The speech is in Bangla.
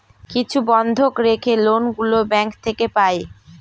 কিছু বন্ধক রেখে লোন গুলো ব্যাঙ্ক থেকে পাই